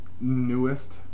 newest